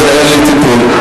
ולזה אין לי טיפול.